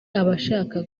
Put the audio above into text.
abasha